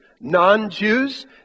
non-Jews